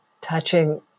touching